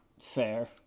Fair